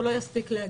לא יספיק להגיע.